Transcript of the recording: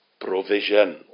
provision